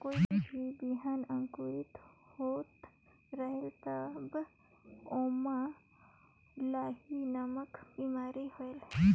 कोई भी बिहान अंकुरित होत रेहेल तब ओमा लाही नामक बिमारी होयल?